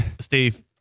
Steve